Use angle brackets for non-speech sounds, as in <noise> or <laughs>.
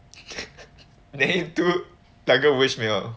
<laughs> 你已 two 两个 wish 没有